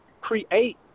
create